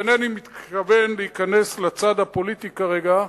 אינני מתכוון להיכנס לצד הפוליטי כרגע,